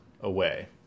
away